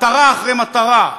מטרה אחרי מטרה,